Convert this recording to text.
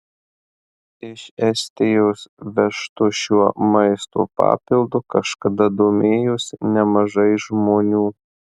iš estijos vežtu šiuo maisto papildu kažkada domėjosi nemažai žmonių